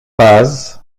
paz